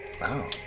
Wow